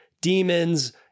demons